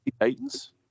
Titans